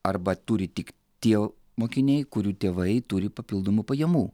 arba turi tik tie mokiniai kurių tėvai turi papildomų pajamų